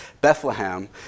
Bethlehem